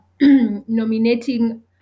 nominating